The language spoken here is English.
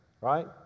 Right